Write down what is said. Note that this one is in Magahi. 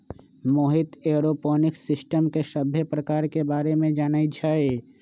मोहित ऐरोपोनिक्स सिस्टम के सभ्भे परकार के बारे मे जानई छई